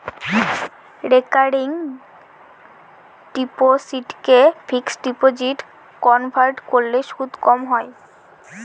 recurring ডিপোসিটকে fixed ডিপোজিটে convert করলে সুদ কম হয়